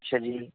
اچھا جی